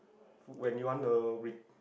when you want to re~